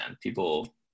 people